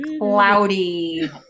cloudy